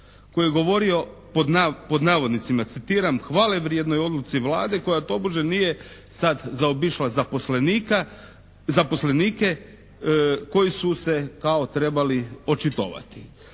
koji je govorio citiram: "… hvalevrijednoj odluci Vlade koja tobože nije sad zaobišla zaposlenike koji su se kao trebali očitovati".